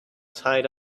tied